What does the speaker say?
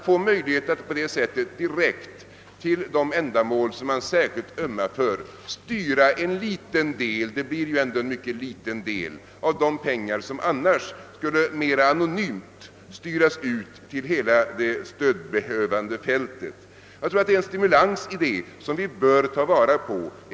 En möjlighet att direkt till de ändamål man speciellt ömmar för få styra en liten del — det blir ändå aldrig annat — av de pengar, som annars mera anonymt skulle styras ut över hela det stödbehövande fältet, ligger det en stimulans i som vi bör ta vara på.